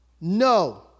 no